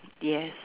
yes